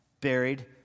buried